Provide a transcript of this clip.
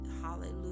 hallelujah